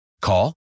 Call